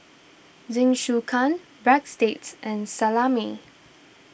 Jingisukan Breadsticks and Salami